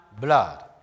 blood